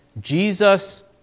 Jesus